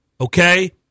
Okay